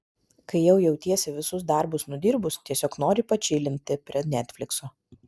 kai jau jautiesi visus darbus nudirbus tiesiog nori pačilinti prie netflikso